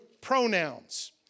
pronouns